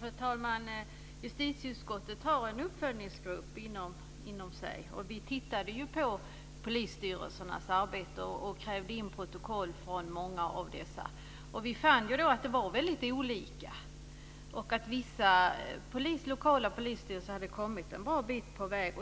Fru talman! Justitieutskottet har inom sig en uppföljningsgrupp, där vi har tittat på polisstyrelsernas arbete, och vi har krävt in protokoll från många av dessa. Vi fann då att det är väldigt olika och att vissa lokala polisstyrelser har kommit ett bra stycke på väg.